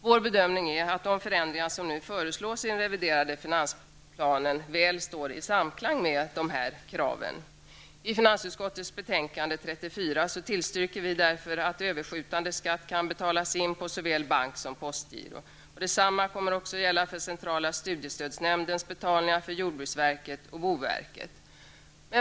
Vår bedömning är att de förändringar som nu föreslås i den reviderade finansplanen står väl i samklang med dessa krav. I finansutskottets betänkande 34 tillstyrker vi att överskjutande skatt kan betalas in på såväl banksom postgiro. Detsamma kommer att gälla för centrala studiestödsnämndens betalningar, för jordbruksverket och boverket.